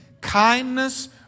kindness